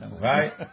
Right